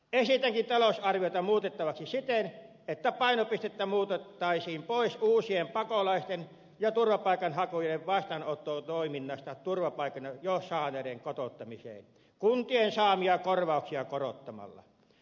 esitänkin talousarviota muutettavaksi siten että painopistettä muutettaisiin pois uusien pakolaisten ja turvapaikanhakijoiden vastaanottotoiminnasta turvapaikan jo saaneiden kotouttamiseen kuntien saamia korvauksia korottamalla